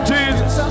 Jesus